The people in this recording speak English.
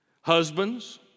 Husbands